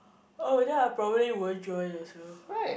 oh then I'll probably won't join also